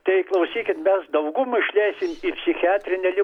tai klausykit mes daugum išleisim į psichiatrinę li